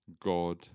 God